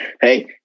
Hey